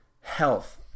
health